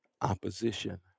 opposition